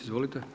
Izvolite.